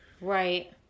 Right